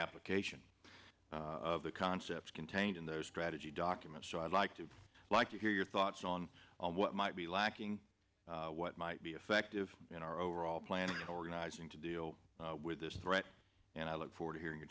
application of the concepts contained in their strategy document so i'd like to like to hear your thoughts on what might be lacking what might be effective in our overall plan and organizing to deal with this threat and i look forward to hearing your